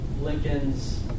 Lincoln's